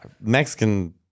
Mexican